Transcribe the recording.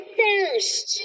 first